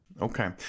Okay